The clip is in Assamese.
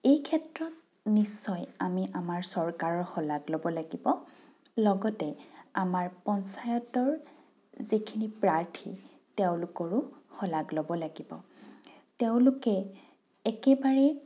এই ক্ষেত্ৰত নিশ্চয় আমি আমাৰ চৰকাৰৰ শলাগ ল'ব লাগিব লগতে আমাৰ পঞ্চায়তৰ যিখিনি প্ৰাৰ্থী তেওঁলোকৰো শলাগ ল'ব লাগিব তেওঁলোকে একেবাৰে